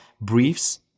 briefs